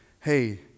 hey